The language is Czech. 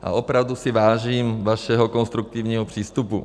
A opravdu si vážím vašeho konstruktivního přístupu.